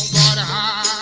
da